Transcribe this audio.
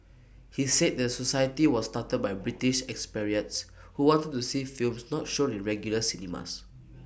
he said the society was started by British expatriates who wanted to see films not shown in regular cinemas